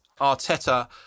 Arteta